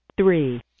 Three